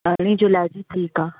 अरिड़हीं जुलाई ठीकु आहे